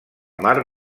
mar